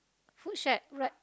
food shed correct